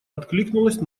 откликнулась